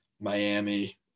Miami